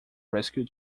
rescue